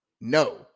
No